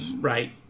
Right